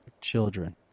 children